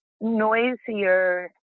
noisier